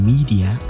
Media